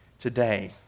today